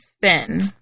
Finn